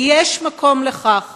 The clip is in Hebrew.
ויש מקום לכך